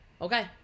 Okay